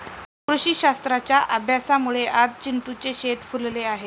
कृषीशास्त्राच्या अभ्यासामुळे आज चिंटूचे शेत फुलले आहे